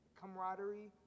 camaraderie